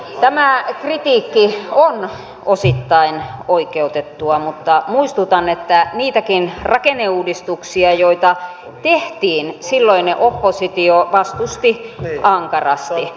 tämä kritiikki on osittain oikeutettua mutta muistutan että niitäkin rakenneuudistuksia joita tehtiin silloinen oppositio vastusti ankarasti